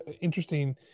interesting